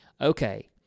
okay